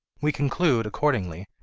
we conclude, accordingly,